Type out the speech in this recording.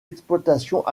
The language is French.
exploitations